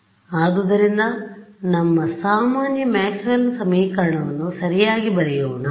ಆದ್ದರಿಂದ ನಮ್ಮ ಸಾಮಾನ್ಯ ಮ್ಯಾಕ್ಸ್ವೆಲ್ನ ಸಮೀಕರಣವನ್ನು ಸರಿಯಾಗಿ ಬರೆಯೋಣ